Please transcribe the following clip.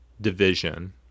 division